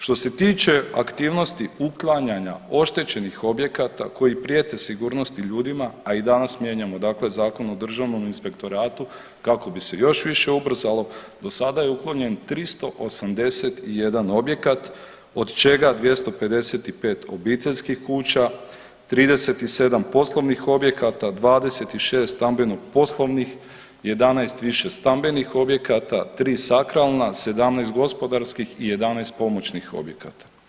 Što se tiče aktivnosti uklanjanja oštećenih objekata koji prijete sigurnosti ljudima, a i danas mijenjamo dakle Zakon o državnom inspektoratu kako bi se još više ubrzalo, do sada je uklonjen 381 objekat od čega 255 obiteljskih kuća, 37 poslovnih objekata, 26 stambeno poslovnih, 11 višestambenih objekata, 3 sakralna, 17 gospodarskih i 11 pomoćnih objekata.